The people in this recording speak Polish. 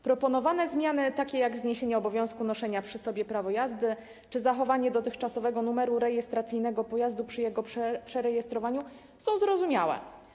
Proponowane zmiany takie jak zniesienie obowiązku noszenia przy sobie prawa jazdy czy zachowanie dotychczasowego numeru rejestracyjnego pojazdu przy jego przerejestrowaniu są zrozumiałe.